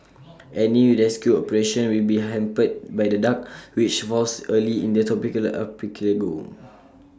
any rescue operation will be hampered by the dark which falls early in the tropical archipelago